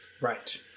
Right